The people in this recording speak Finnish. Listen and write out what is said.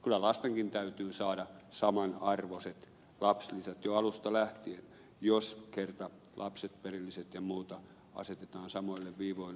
kyllä lastenkin täytyy saada samanarvoiset lapsilisät jo alusta läh tien jos kerran lapset perilliset ja muut asetetaan samoille viivoille